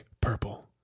purple